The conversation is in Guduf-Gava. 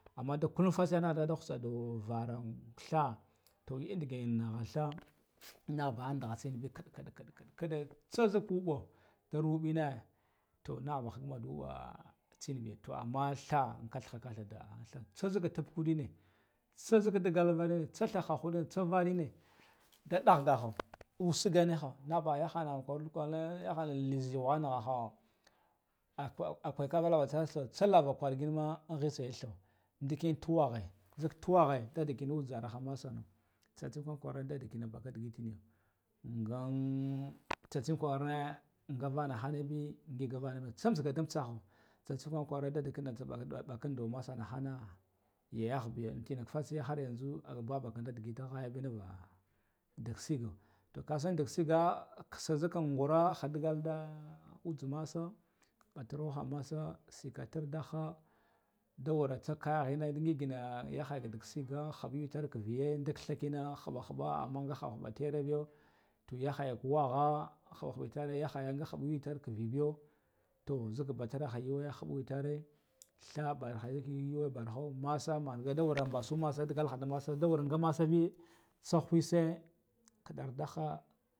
Amma da kulum fatsiya na adalbun vudan nkahatha, toh yendiginda khatah nakha bahe ndakha tsen dak kadd kadda kadee tsu zak bubbo nda rubena toh nahabe be bubbo tsen biya, toh amman tha ngatha ngatha nda tsazaga fuddine tsazaga dagal nvunane tsahavna huddin tsa varrine da dakh dakhu usse gen neha nabahana kardu kure nlize wanna kha, akwai akwai gun bala na yatse tsalava kurginma ngig yasa thuw ndigin tuwakhe nzek tuwakhe nda ndigi uzara massana, tsatsefan kwara nala ndigi ngan tsatse kwari nga vanahabe ngig vanabe tsamtsaga nda amtsahu tsatsu hana harru nda dadda kuna amdu hana, massa yakba biya kinan fatsiya hor yanzo haya be nvah dag sigga, toh kasan dag siga kassa ngiyan gura ha dugalda utha massa aduha masa sikatar daha ndawar tsaka khene ngigana yakhaya dag sigga habbu yutar thaggane ngig inna happah happah, ah huppa tera biyu toh yakhaya tuh wakha bubbu hubbu tarre hagan nga bubbu yutar kubibiyu to nzidd batarha yuwe tarre thabarha wuwe yuwe barhu massa manga ngade warraha mbasu dagatda mass nga masso be tsuh wesai